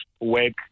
work